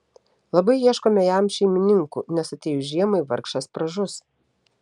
labai ieškome jam šeimininkų nes atėjus žiemai vargšas pražus